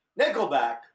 Nickelback